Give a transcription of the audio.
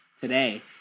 Today